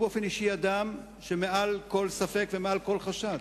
הוא באופן אישי אדם שמעל כל ספק ומעל כל חשד.